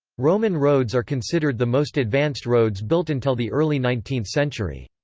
roman roads are considered the most advanced roads built until the early nineteenth century.